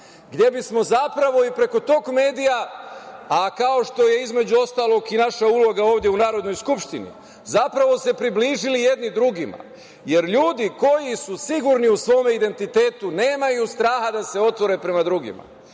gde bismo zapravo preko tog medija, a kao što je i naša uloga u Narodnoj skupštini, zapravo se približili jedni drugima, jer ljudi koji su sigurni u svom identitetu nemaju strah da se otvore prema drugima,